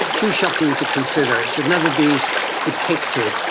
too shocking to consider, it should never be depicted,